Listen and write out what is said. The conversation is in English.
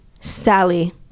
Sally